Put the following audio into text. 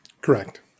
correct